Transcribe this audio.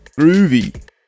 groovy